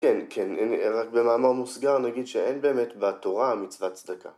כן, כן, רק במאמר מוסגר נגיד שאין באמת בתורה מצוות צדקה.